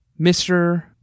Mr